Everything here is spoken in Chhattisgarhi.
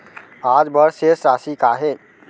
आज बर शेष राशि का हे?